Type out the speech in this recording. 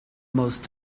most